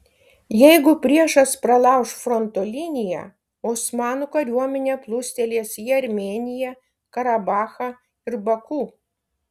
jeigu priešas pralauš fronto liniją osmanų kariuomenė plūstelės į armėniją karabachą ir baku